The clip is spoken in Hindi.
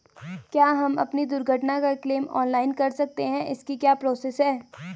क्या हम अपनी दुर्घटना का क्लेम ऑनलाइन कर सकते हैं इसकी क्या प्रोसेस है?